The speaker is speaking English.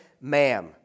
ma'am